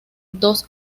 dos